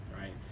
right